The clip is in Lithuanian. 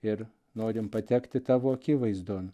ir norim patekti tavo akivaizdon